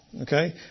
okay